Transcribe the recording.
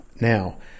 Now